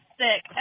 sick